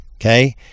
Okay